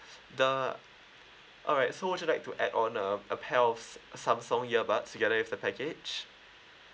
the alright so would you like to add on uh a pair of Samsung earbuds together with the package